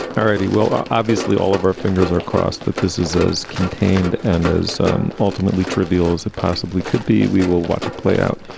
already will. obviously, all of our fingers are crossed that this is as contained and as ultimately trivial as it possibly could be. we will watch it play out.